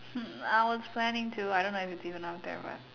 hmm I was planning to I don't know if it even was there or not